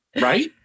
Right